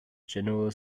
general